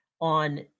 on